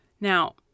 Now